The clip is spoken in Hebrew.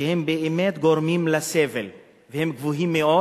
שהם באמת גורמים לסבל והם גבוהים מאוד,